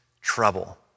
trouble